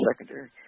secondary